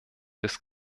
des